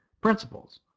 principles